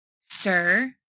Sir